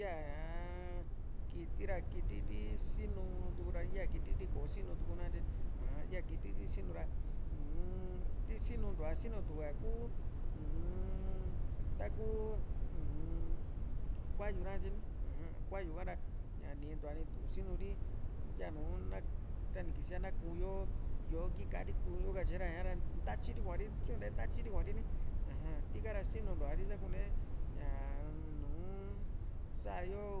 yaa kiti ra kiti sinuu tu ra ya kiti kò´o sinu tu natye ni a yaa kiti ti sinu ra uum ti sinuntuva sinutu ku umm taku umm kua´yu nakatye ni uju kua´yu ka ra ña niintua nitu sinuri yanu na ta nikiia kuuyo yo iki ka´ri kuu yo katye ra ña´ra ntatyiri kuari ntatyiri kuari ni aja tika ra sinuntuari sakune ñaa-m uun saá yo